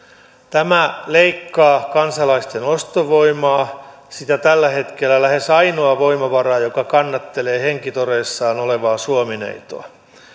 tämä leikkaa kansalaisten ostovoimaa sitä tällä hetkellä lähes ainoaa voimavaraa joka kannattelee henkitoreissaan olevaa suomineitoa